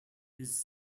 his